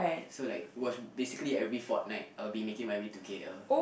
so like was basically every fortnight I would be making my way to K_L